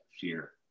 fear